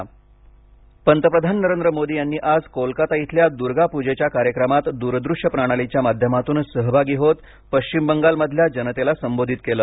पंतप्रधान पंतप्रधान नरेंद्र मोदी यांनी आज कोलकाता इथल्या दुर्गा पूजेच्या कार्यक्रमात दूरदृष्य प्रणालीच्या माध्यमातून सहभागी होत पश्चिम बंगाल मधल्या जनतेला संबोधित केलं